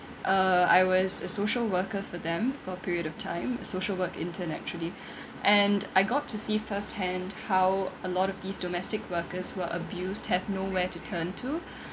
uh I was a social worker for them for a period of time social work intern actually and I got to see first hand how a lot of these domestic workers who are abused have nowhere to turn to